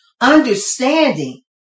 Understanding